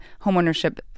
homeownership